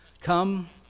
come